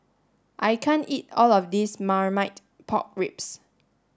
I can't eat all of this marmite pork ribs